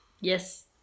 Yes